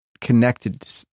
connected